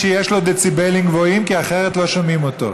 שיש לו דציבלים גבוהים כי אחרת לא שומעים אותו.